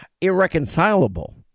irreconcilable